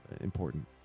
important